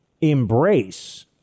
embrace